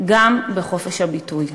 גם בחופש הביטוי.